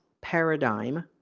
paradigm